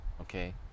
okay